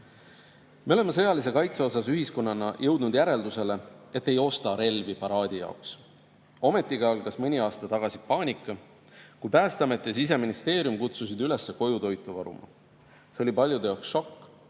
Me oleme sõjalise kaitse osas ühiskonnana jõudnud järeldusele, et ei osta relvi paraadi jaoks. Ometi algas mõni aasta tagasi paanika, kui Päästeamet ja Siseministeerium kutsusid üles koju toitu varuma. See oli paljude jaoks šokk